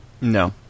No